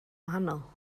wahanol